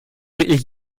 wirklich